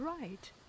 right